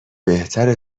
بهتره